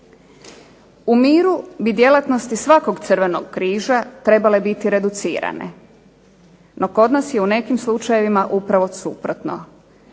U miru bi djelatnosti svakog crvenog križa trebale biti reducirane, no kod nas je u nekim slučajevima upravo suprotno.